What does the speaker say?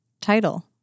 title